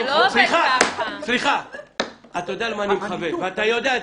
אתה יודע את זה.